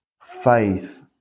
Faith